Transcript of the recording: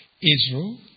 Israel